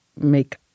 make